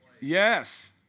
Yes